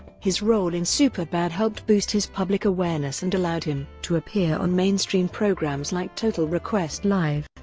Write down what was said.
his role in superbad helped boost his public awareness and allowed him to appear on mainstream programs like total request live,